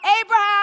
Abraham